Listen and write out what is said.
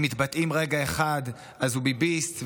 אם מתבטאים ברגע אחד אז הוא ביביסט,